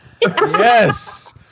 Yes